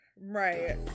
Right